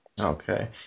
Okay